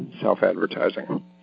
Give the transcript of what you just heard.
self-advertising